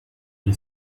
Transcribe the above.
gli